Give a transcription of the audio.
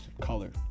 color